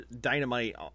Dynamite